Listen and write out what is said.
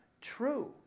true